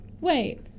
wait